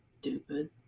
stupid